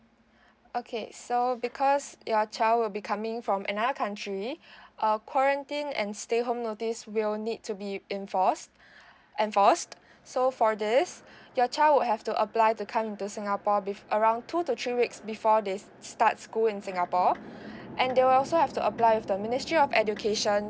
okay so because your child will be coming from another country err quarantine and stay home notice will need to be enforce enforced so for this your child would have to apply to come into singapore before around two to three weeks before they starts school in singapore and they will also have to apply for the ministry of education